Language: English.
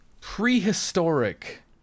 prehistoric